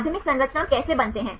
माध्यमिक संरचना कैसे बनते हैं